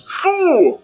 fool